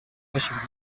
bashyirwa